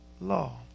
law